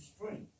strength